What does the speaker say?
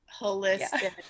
holistic